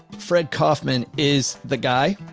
fred kaufman is the guy.